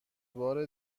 بار